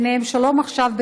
וביניהן שלום עכשיו,